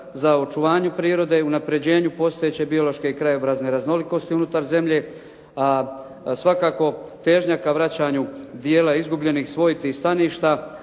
za očuvanje prirode i unaprjeđenju postojeće biološke i krajobrazne raznolikosti unutar zemlje. A svakako težnja ka vraćanju dijela izgubljenih svojti i staništa